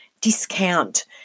discount